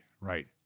Right